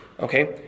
okay